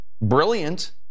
brilliant